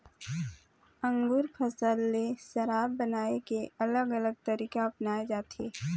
अंगुर फसल ले शराब बनाए के अलग अलग तरीका अपनाए जाथे